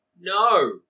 no